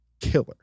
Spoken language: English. killer